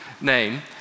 name